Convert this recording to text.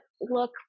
look